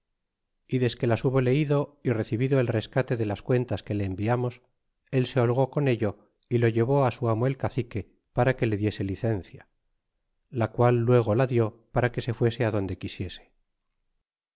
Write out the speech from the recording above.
y desque las hubo leido y recibido el rescate de las cuentas que le enviamos él se holgó con ello y lo llevó su amo el cacique para que le diese licencia la qual luego la dió para que se fuese adonde quisiese